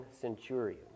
centurion